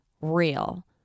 real